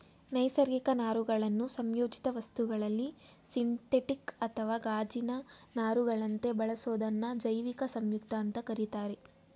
ನೈಸರ್ಗಿಕ ನಾರುಗಳನ್ನು ಸಂಯೋಜಿತ ವಸ್ತುಗಳಲ್ಲಿ ಸಿಂಥೆಟಿಕ್ ಅಥವಾ ಗಾಜಿನ ನಾರುಗಳಂತೆ ಬಳಸೋದನ್ನ ಜೈವಿಕ ಸಂಯುಕ್ತ ಅಂತ ಕರೀತಾರೆ